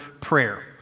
prayer